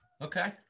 Okay